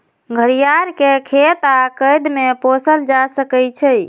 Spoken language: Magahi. घरियार के खेत आऽ कैद में पोसल जा सकइ छइ